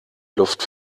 luft